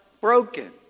broken